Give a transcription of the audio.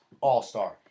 all-star